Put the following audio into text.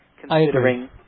Considering